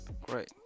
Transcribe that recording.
Great